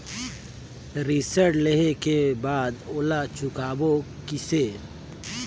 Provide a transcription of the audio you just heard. ऋण लेहें के बाद ओला चुकाबो किसे?